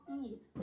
eat